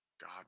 God